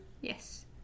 Yes